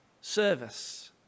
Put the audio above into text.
service